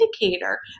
indicator